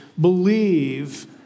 believe